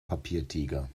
papiertiger